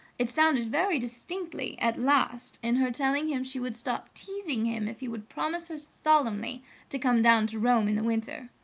it sounded very distinctly, at last, in her telling him she would stop teasing him if he would promise her solemnly to come down to rome in the winter.